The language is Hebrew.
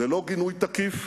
ללא גינוי תקיף,